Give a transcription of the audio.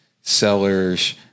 sellers